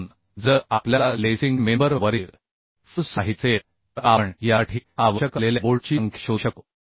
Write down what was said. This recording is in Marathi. म्हणून जर आपल्याला लेसिंग मेंबर वरील फोर्स माहित असेल तर आपण यासाठी आवश्यक असलेल्या बोल्टची संख्या शोधू शकतो